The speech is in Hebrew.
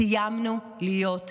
סיימנו להיות נחמדים.